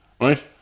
right